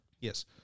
Yes